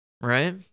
right